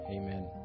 Amen